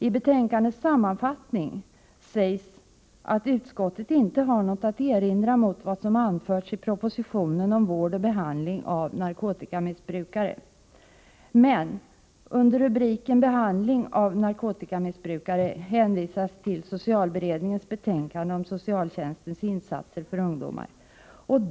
I betänkandets sammanfattning sägs att utskottet inte har något att erinra mot vad som anförts i propositionen om vård och behandling av narkotikamissbrukare. Men under rubriken Behandling av narkotikamissbrukare hänvisas till socialberedningens betänkande om socialtjänstens insatser för ungdomar.